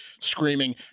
screaming